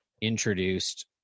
introduced